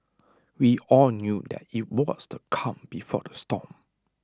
we all knew that IT was the calm before the storm